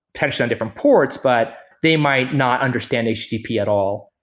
tension on different ports, but they might not understand http at all.